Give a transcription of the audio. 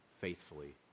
faithfully